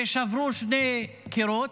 ושברו שני קירות.